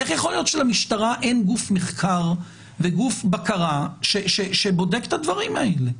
איך יכול להיות שלמשטרה אין גוף מחקר וגוף בקרה שבודק את הדברים האלה?